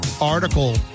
article